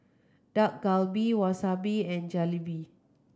Dak Galbi Wasabi and Jalebi